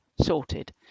sorted